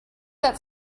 that